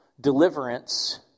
deliverance